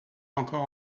encore